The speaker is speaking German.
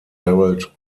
gerald